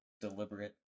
deliberate